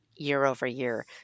year-over-year